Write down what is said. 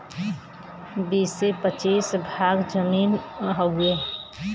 बीसे पचीस भाग जमीन हउवे